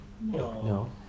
No